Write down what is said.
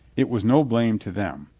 it was no blame to them.